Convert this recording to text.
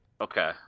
Okay